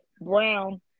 Brown